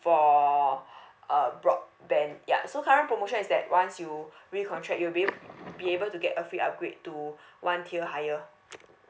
for uh broadband ya so current promotion is that once you recontract you'll be be able to get a free upgrade to one tier higher